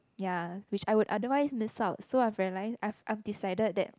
ya which I would otherwise miss out so I've realised I've I've decided that